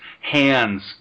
hands